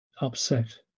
upset